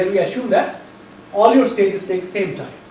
yeah assume that all your stages take same time,